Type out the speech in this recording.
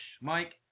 Mike